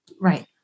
Right